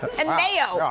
and mayo.